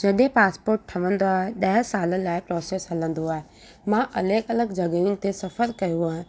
जॾहिं पासपोट ठहंदो आहे ॾह साल लाइ प्रोसेस हलंदो आहे मां अलॻि अलॻि जॻहयुनि ते सफ़रु कयो आहे